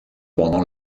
pendant